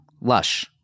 lush